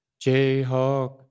Jayhawk